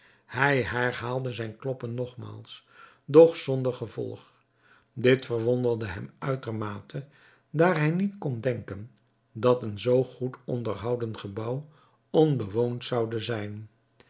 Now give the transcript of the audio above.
hij herhaalde zijn kloppen nogmaals doch zonder gevolg dit verwonderde hem uitermate daar hij niet kon denken dat een zoo goed onderhouden gebouw onbewoond zoude zijn